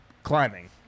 Climbing